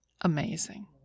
Amazing